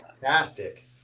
fantastic